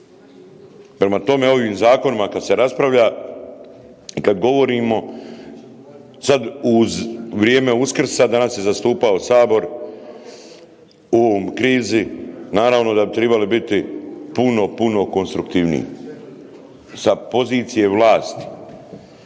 Prema tome o ovim zakonima kad se raspravlja i kad govorimo sad uz u vrijeme Uskrsa danas je zastupao sabor u ovoj krizi naravno da bi trebali biti puno, puno konstruktivniji sa pozicije vlasti.